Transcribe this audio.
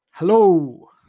Hello